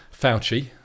Fauci